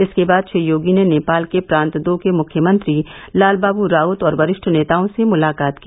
इसके बाद श्री योगी ने नेपाल के प्रांत दो के मुख्यमंत्री लालबाब राऊत और वरिष्ठ नेताओं से मुलाकात की